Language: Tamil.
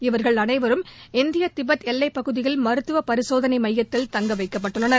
இவர்கள் அளைவரும் இந்திய திபெத் எல்லைப் பகுதியில் மருத்துவ பரிசோதனை மையத்தில் தங்க வைக்கப்பட்டுள்ளனர்